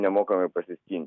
nemokamai pasiskint